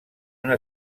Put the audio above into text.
una